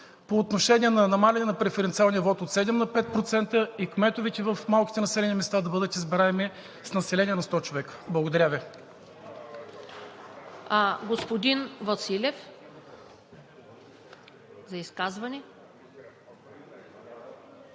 по отношение на намаляване на преференциалния вот от 7 на 5%, и кметовете в малките населени места да бъдат избираеми с население от 100 човека. Благодаря Ви.